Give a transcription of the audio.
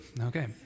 Okay